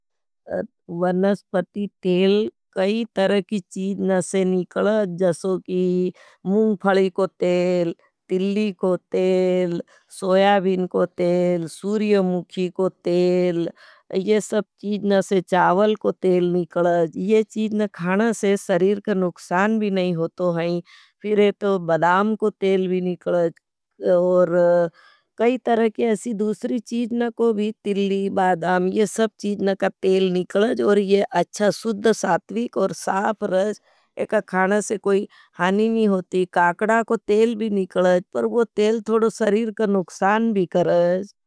वनसपती तेल कई तरह की चीज़ना से निकल जैसो की मूफ़ली को तेल। तिल्ली को तेल, सोयाबिन को तेल, सूर्यो मुखी को तेल, ये सब चीज़ना से चावल को तेल निकल, ये चीज़ना खाना से सरीर का नुक्षान भी नहीं होतो हैं। फिर ये तो बदाम को तेल निकल और कई तरह की एसी दूसरी चीज़ना को भी, तिल्ली, बादाम ये सब चीज़ना का तेल निकल। जैसो और ये अच्छा सुद्ध सात्विक और साफ रश एक खाना से कोई हानी नहीं होती। काकड़ा को तेल भी निकल जैसो पर वो तेल थोड़ो सरीर का नुकसान भी करस्त।